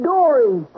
Dory